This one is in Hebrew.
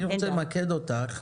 אני רוצה למקד אותך,